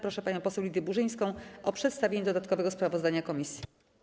Proszę panią poseł Lidię Burzyńską o przedstawienie dodatkowego sprawozdania komisji.